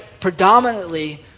predominantly